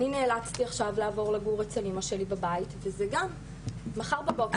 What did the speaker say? אני נאלצתי עכשיו לעבור לגור אצל אמא שלי בבית וזה גם מחר בבוקר,